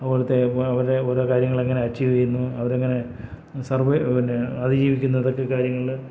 അതുപോലത്തെ അവർ ഓരോ കാര്യങ്ങൾ എങ്ങനെ അച്ചീവ് ചെയ്യുന്നു അവർ എങ്ങനെ സർവൈവ് പിന്നെ അതിജീവിക്കുന്നു ഇതൊക്കെ കാര്യങ്ങൾ